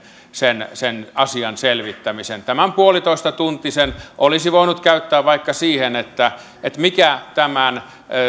sen sen asian selvittämisen tämän puolitoistatuntisen olisi voinut käyttää vaikka siihen mikä tämän